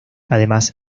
además